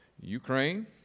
Ukraine